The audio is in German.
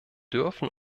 dürfen